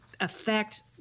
Affect